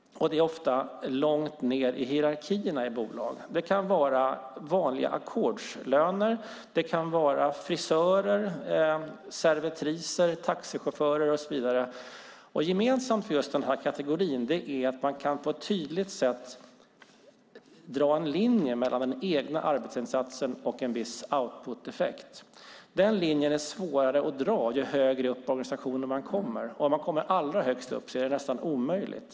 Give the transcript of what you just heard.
Det är ofta långt ned i hierarkierna i bolagen. Det kan gälla personer med vanliga ackordslöner, frisörer, servitriser, taxichaufförer och så vidare. Gemensamt för den här kategorin är att man på ett tydligt sätt kan dra en linje mellan den egna arbetsinsatsen och en viss outputeffekt. Den linjen är svårare att dra ju högre upp i organisationen man kommer, och när man kommer allra högst upp är det nästan omöjligt.